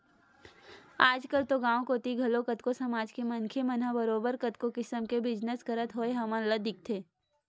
आजकल तो गाँव कोती घलो कतको समाज के मनखे मन ह बरोबर कतको किसम के बिजनस करत होय हमन ल दिखथे